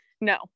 no